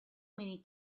many